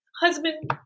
husband